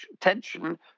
tension